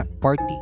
party